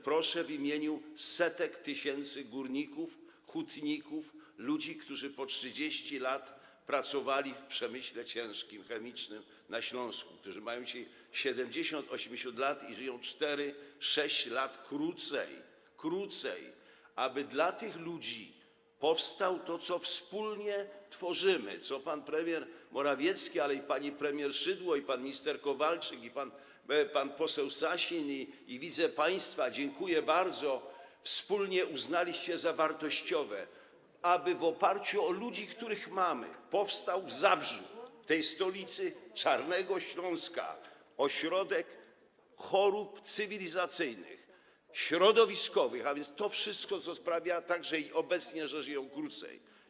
Proszę w imieniu setek tysięcy górników, hutników, ludzi, którzy po 30 lat pracowali w przemyśle ciężkim, chemicznym na Śląsku, którzy mają dzisiaj 70–80 lat i żyją 4–6 lat krócej, aby dla tych ludzi powstało to, co wspólnie tworzymy, co pan premier Morawiecki, ale i pani premier Szydło, i pan minister Kowalczyk, i pan poseł Sasin - widzę państwa, dziękuję bardzo - wspólnie uznali za wartościowe, aby w oparciu o ludzi, których mamy, powstał w Zabrzu, w tej stolicy czarnego Śląska, ośrodek chorób cywilizacyjnych, środowiskowych, a więc tego wszystkiego, co sprawia, że także obecnie żyje się krócej.